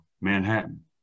Manhattan